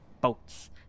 boats